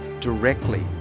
directly